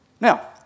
Now